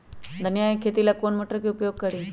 धनिया के खेती ला कौन मोटर उपयोग करी?